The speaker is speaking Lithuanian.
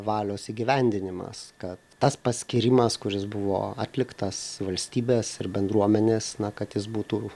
valios įgyvendinimas kad tas paskyrimas kuris buvo atliktas valstybės ir bendruomenės na kad jis būtų